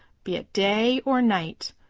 be it day or night,